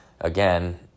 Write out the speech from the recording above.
again